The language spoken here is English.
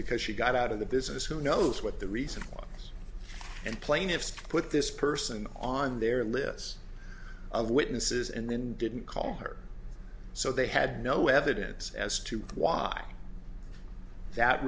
because she got out of the business who knows what the reason why and plaintiffs put this person on their list of witnesses and then didn't call her so they had no evidence as to why that